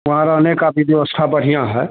वहाँ रहने की भी व्यवस्था बढ़िया है